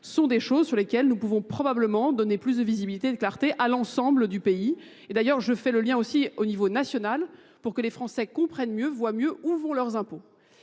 sont des choses sur lesquelles nous pouvons probablement donner plus de visibilité et de clarté à l'ensemble du pays. Et d'ailleurs, je fais le lien aussi au niveau national pour que les Français comprennent mieux, voient mieux où vont leurs impôts.